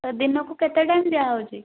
ଦିନକୁ କେତେ ଟାଇମ୍ ଦିଆହେଉଛି